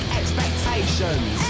expectations